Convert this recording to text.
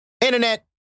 internet